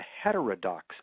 Heterodox